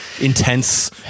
intense